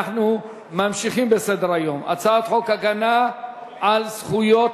אנחנו ממשיכים בסדר-היום: הצעת חוק הגנה על זכויות